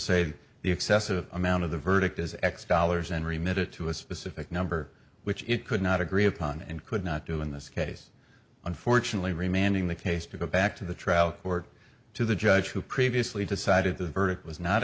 say the excessive amount of the verdict is x dollars and remit it to a specific number which it could not agree upon and could not do in this case unfortunately remaining the case to go back to the trial court to the judge who previously decided the verdict was not